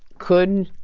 could.